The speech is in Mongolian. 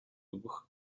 өгөх